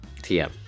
TM